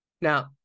Now